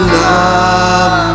love